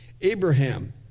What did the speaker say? Abraham